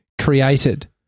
created